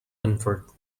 comfort